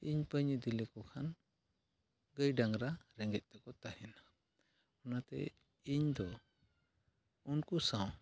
ᱤᱧ ᱵᱟᱹᱧ ᱤᱫᱤ ᱞᱮᱠᱚ ᱠᱷᱟᱱ ᱜᱟᱹᱭ ᱰᱟᱝᱨᱟ ᱨᱮᱸᱜᱮᱡᱽ ᱛᱮᱠᱚ ᱛᱟᱦᱮᱱᱟ ᱚᱱᱟᱛᱮ ᱤᱧᱫᱚ ᱩᱱᱠᱩ ᱥᱟᱶ